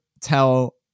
tell